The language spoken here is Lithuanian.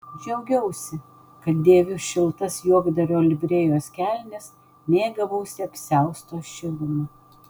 džiaugiausi kad dėviu šiltas juokdario livrėjos kelnes mėgavausi apsiausto šiluma